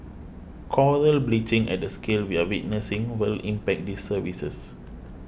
coral bleaching at the scale we are witnessing will impact these services